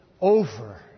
over